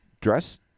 dress